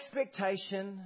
expectation